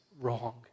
wrong